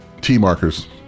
T-markers